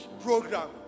program